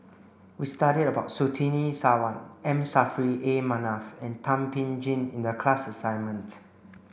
we studied about Surtini Sarwan M Saffri A Manaf and Thum Ping Tjin in the class assignment